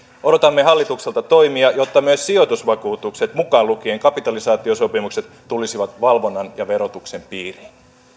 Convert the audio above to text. odotamme hallitukselta toimia jotta myös sijoitusvakuutukset mukaan lukien kapitalisaatiosopimukset tulisivat valvonnan ja verotuksen piiriin